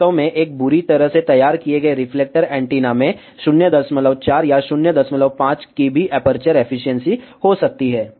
वास्तव में एक बुरी तरह से तैयार किए गए रिफ्लेक्टर एंटीना में 04 या 05 की भी एपर्चर एफिशिएंसी हो सकती है